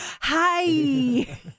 Hi